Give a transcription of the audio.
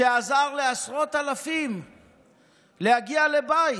שעזר לעשרות אלפים להגיע לבית.